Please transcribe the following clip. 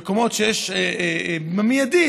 במיידי,